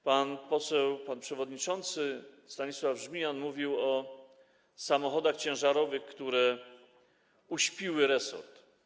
Pan poseł przewodniczący Stanisław Żmijan mówił o samochodach ciężarowych, które uśpiły resort.